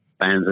fans